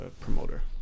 promoter